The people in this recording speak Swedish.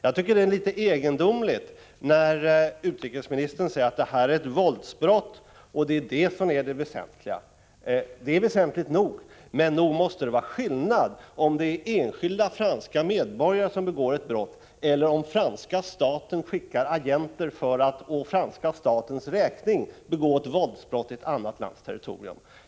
Jag tycker att det är litet egendomligt när utrikesministern säger att detta är ett våldsbrott och det är det väsentliga. Det är väsentligt nog, men visst måste det vara skillnad om det är enskilda franska medborgare som begår ett brott eller om den franska staten skickar agenter för att för dess räkning begå ett våldsbrott på ett annat lands territorium.